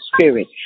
spirit